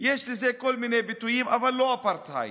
יש לזה כל מיני ביטויים אבל לא אפרטהייד.